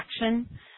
action